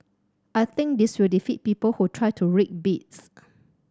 I think this will defeat people who try to rig bids